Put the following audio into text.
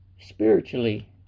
Spiritually